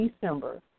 December –